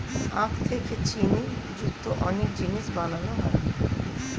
আখ থেকে চিনি যুক্ত অনেক জিনিস বানানো হয়